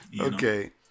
Okay